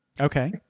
Okay